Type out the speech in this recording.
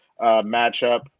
matchup